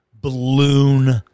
balloon